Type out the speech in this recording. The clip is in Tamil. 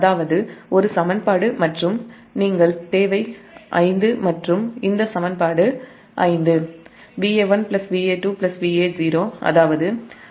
அதாவது சமன்பாடு 5 Va1 Va2 Va0 அதாவது 3ZfIa1